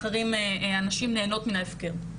הנשים נהנות מההפקר.